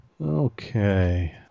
Okay